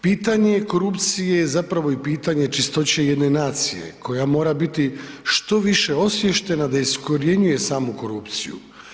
Pitanje korupcije je zapravo i pitanje čistoće jedne nacije koja mora biti što više osviještena da iskorjenjuje samu korupciju.